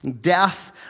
death